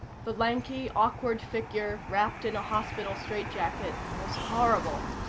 the lanky, awkward figure wrapped in a hospital strait-jacket was horrible,